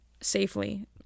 safely